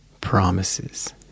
promises